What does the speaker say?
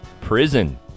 prison